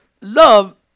Love